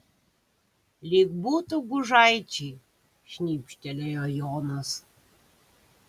lyg būtų gužaičiai šnibžtelėjo jonas